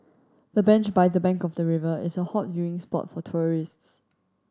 the bench by the bank of the river is a hot viewing spot for tourists